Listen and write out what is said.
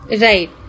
Right